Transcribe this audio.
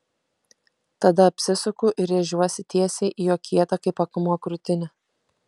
tada apsisuku ir rėžiuosi tiesiai į jo kietą kaip akmuo krūtinę